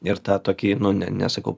ir tą tokį nu ne nesakau